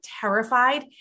terrified